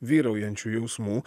vyraujančių jausmų